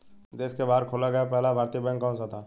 देश के बाहर खोला गया पहला भारतीय बैंक कौन सा था?